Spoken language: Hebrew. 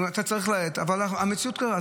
אתה צריך להאט, אבל המציאות כזאת.